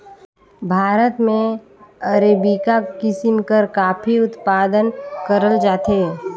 भारत में अरेबिका किसिम कर काफी उत्पादन करल जाथे